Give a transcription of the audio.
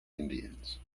indians